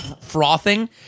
frothing